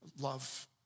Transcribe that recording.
Love